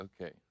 Okay